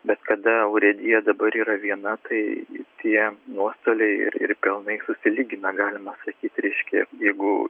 bet kada urėdija dabar yra viena tai tie nuostoliai ir ir pelnai susilygina galima sakyti reiškia jeigu